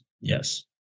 Yes